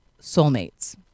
soulmates